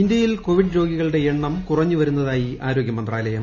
ഇന്തൃയിൽ കോവിസ്സ് രോഗികളുടെ എണ്ണം കുറഞ്ഞു ന് വരുന്നതായി ആരോഗൃ മന്ത്രാലയം